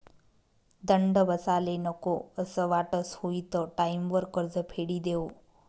दंड बसाले नको असं वाटस हुयी त टाईमवर कर्ज फेडी देवो